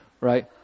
right